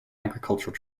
agricultural